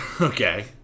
Okay